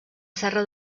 serra